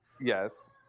Yes